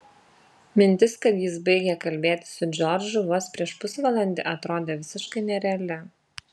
mintis kad jis baigė kalbėti su džordžu vos prieš pusvalandį atrodė visiškai nereali